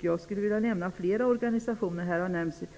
Jag skulle vilja nämna flera organisationer.